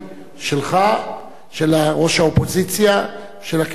שלך, של ראש האופוזיציה, של הכנסת.